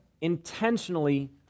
intentionally